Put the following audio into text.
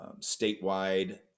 statewide